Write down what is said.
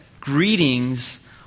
greetings